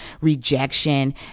rejection